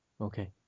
Okay